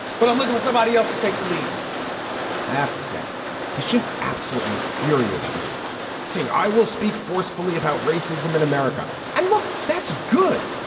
but i'm looking for somebody else to take the lead i have to say this just absolutely infuriated me saying i will speak forcefully about racism in america. and look that's good.